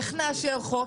איך נאשר חוק?